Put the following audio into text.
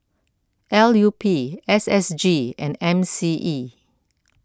L U P S S G and M C E